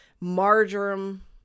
marjoram